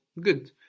Good